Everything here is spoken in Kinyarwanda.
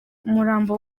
umurambo